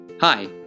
Hi